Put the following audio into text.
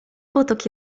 potok